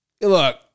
Look